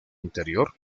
interior